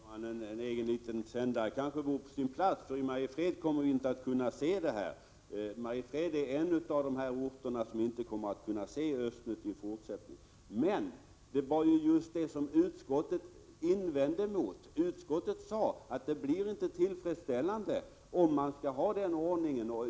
Herr talman! En egen liten sändare kanske vore på sin plats, för i Mariefred kommer vi inte att kunna se sändningarna. Mariefred är en av de orter där man inte kommer att kunna se Östnytt i fortsättningen — och det var just detta som utskottet invände emot. Utskottet sade att resultatet inte blir tillfredsställande med denna ordning.